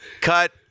cut